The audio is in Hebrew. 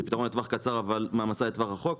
זה פתרון לטווח קצר אבל מעמסה לטווח ארוך.